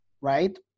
right